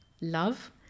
Love